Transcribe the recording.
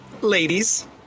Ladies